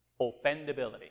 Offendability